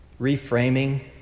Reframing